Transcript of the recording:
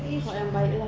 buat yang baik lah